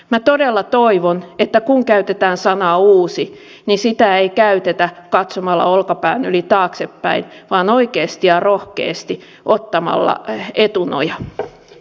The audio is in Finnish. minä todella toivon että kun käytetään sanaa uusi niin sitä ei käytetä katsomalla olkapään yli taaksepäin vaan oikeasti ja rohkeasti ottamalla etunoja